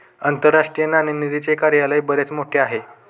आंतरराष्ट्रीय नाणेनिधीचे कार्यालय बरेच मोठे आहे